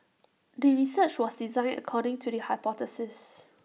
the research was designed according to the hypothesis